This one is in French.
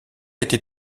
été